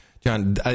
John